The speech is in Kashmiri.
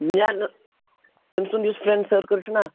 مےٚ حظ اوس أمۍ سُنٛد یُس فرینٛڈ سٔرکٕل چھُنا